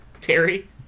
Terry